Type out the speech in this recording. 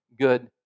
good